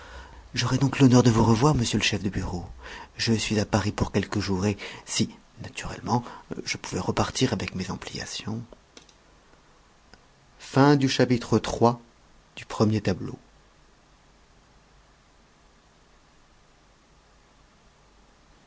j'aurai donc l'honneur de vous revoir monsieur le chef de bureau je suis à paris pour quelques jours et si naturellement je pouvais repartir avec mes ampliations